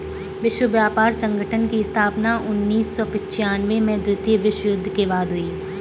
विश्व व्यापार संगठन की स्थापना उन्नीस सौ पिच्यानबें में द्वितीय विश्व युद्ध के बाद हुई